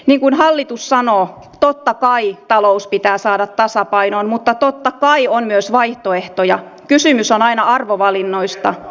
niin kuin hallitus sanoo niin totta kai talous pitää saada tasapainoon mutta totta kai on myös vaihtoehtoja kysymys on aina arvovalinnoista